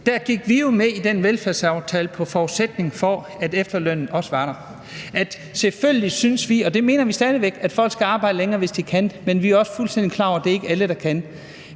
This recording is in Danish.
gik vi med i den velfærdsaftale, under forudsætning af at efterlønnen også var der. Selvfølgelig syntes vi, og det mener vi stadig væk, at folk skal arbejde længere, hvis de kan, men vi er også fuldstændig klar over, at det ikke er alle, der kan.